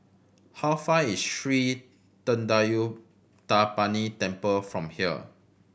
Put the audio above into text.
how far is Sri Thendayuthapani Temple from here